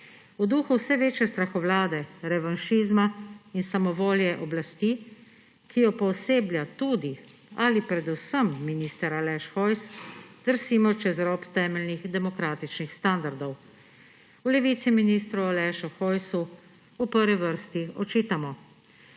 V duhu vse večje strahovlade, revanšizma in samovolje oblasti, ki jo pooseblja tudi ali predvsem minister Aleš Hojs, drsimo čez rob temeljnih demokratičnih standardov. V Levici ministru Alešu Hojsu v prvi vrsti očitamo